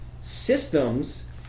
Systems